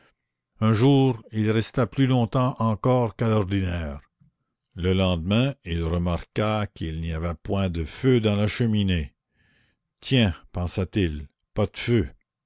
un jour il resta plus longtemps encore qu'à l'ordinaire le lendemain il remarqua qu'il n'y avait point de feu dans la cheminée tiens pensa-t-il pas de feu